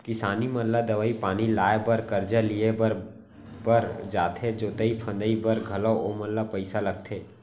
किसान मन ला दवई पानी लाए बर करजा लिए बर पर जाथे जोतई फंदई बर घलौ ओमन ल पइसा लगथे